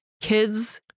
kids